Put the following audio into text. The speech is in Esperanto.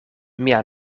mia